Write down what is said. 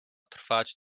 trwać